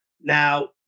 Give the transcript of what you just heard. now